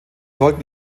sollen